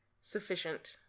sufficient